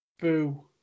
Boo